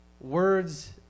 words